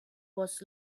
was